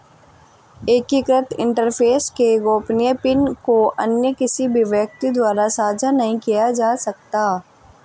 एकीकृत इंटरफ़ेस के गोपनीय पिन को अन्य किसी भी व्यक्ति द्वारा साझा नहीं किया जा सकता